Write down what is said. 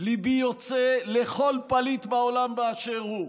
ליבי יוצא אל כל פליט בעולם באשר הוא,